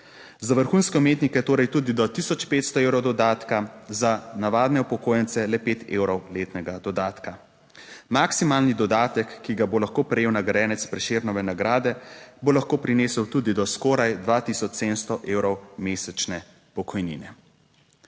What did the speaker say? Za vrhunske umetnike torej tudi do tisoč 500 evrov dodatka, za navadne upokojence le 5 evrov letnega dodatka. Maksimalni dodatek, ki ga bo lahko prejel nagrajenec Prešernove nagrade, bo lahko prinesel tudi do skoraj 2 tisoč 700 evrov mesečne pokojnine.